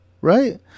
Right